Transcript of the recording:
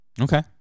Okay